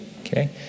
okay